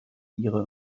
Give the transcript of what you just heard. ihre